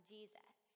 Jesus